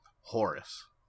Horus